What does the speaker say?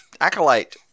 Acolyte